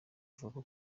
avuga